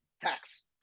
tax